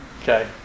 Okay